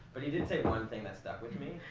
but he did say one thing that stuck with me,